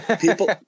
People